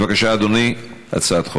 בבקשה, אדוני, הצעת חוק.